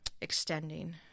extending